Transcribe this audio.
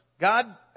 God